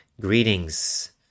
greetings